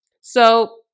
So-